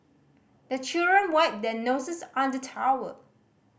the children wipe their noses on the towel